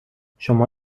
شما